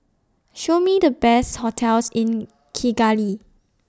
Show Me The Best hotels in Kigali